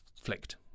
flicked